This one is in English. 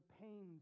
pains